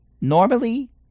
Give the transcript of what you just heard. normally